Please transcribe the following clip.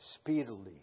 speedily